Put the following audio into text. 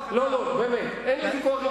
באמת, אין לי ויכוח.